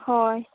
हय